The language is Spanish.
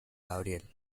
gabriel